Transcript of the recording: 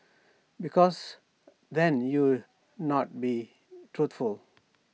because then you're not being truthful